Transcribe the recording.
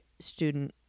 student